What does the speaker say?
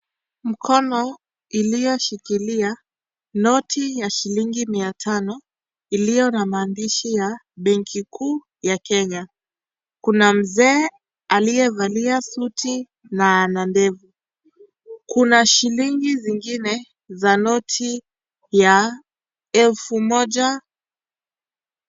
Mkono iliyoshikilia noti ya shilingi mia tano iliyo na maandishi ya benki kuu ya Kenya. Kuna mzee aliyevalia suti na ana ndevu. Kuna shilingi zingine za noti ya elfu moja.